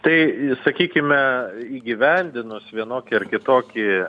tai sakykime įgyvendinus vienokį ar kitokį